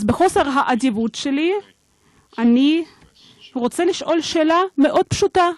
אז בחוסר האדיבות שלי אני רוצה לשאול שאלה מאוד פשוטה.